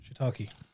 Shiitake